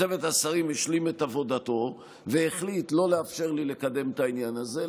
צוות השרים השלים את עבודתו והחליט לא לאפשר לי לקדם את העניין הזה.